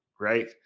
right